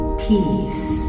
peace